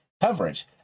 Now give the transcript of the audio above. coverage